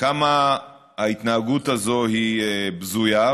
כמה ההתנהגות הזו היא בזויה,